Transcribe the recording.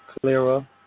clearer